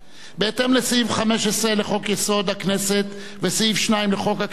בהתאם לסעיף 15 לחוק-יסוד: הכנסת וסעיף 2 לחוק הכנסת,